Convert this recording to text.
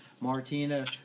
Martina